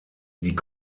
die